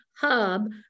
hub